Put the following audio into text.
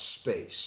space